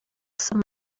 some